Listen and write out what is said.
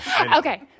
Okay